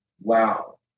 Wow